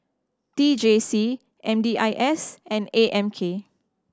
T J C M D I S and A M K